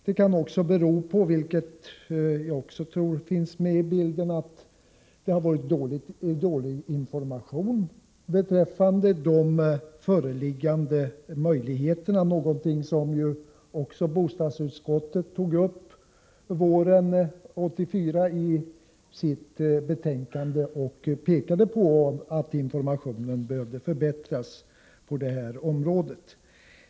Det kan också bero på — vilket jag tror finns med i bilden — att informationen har varit dålig beträffande de möjligheter som finns. Det var också något som bostadsutskottet tog uppi sitt betänkande våren 1984, då vi pekade på att informationen på detta område behövde förbättras.